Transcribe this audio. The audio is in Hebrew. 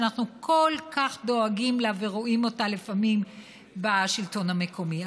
שאנחנו כל כך דואגים ממנה ורואים אותה לפעמים בשלטון המקומי.